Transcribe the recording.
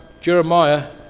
Jeremiah